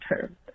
term